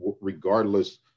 regardless